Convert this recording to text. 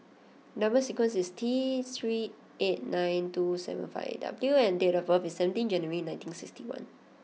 number sequence is T three eight nine two seven five W and date of birth is seventeen January nineteen sixty one